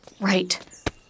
right